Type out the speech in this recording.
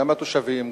גם התושבים,